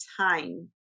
time